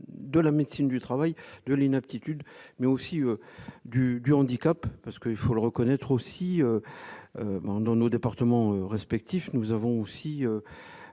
de la médecine du travail de l'inaptitude mais aussi du du handicap parce que il faut le reconnaître aussi dans nos départements respectifs, nous avons aussi